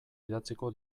idatziko